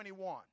21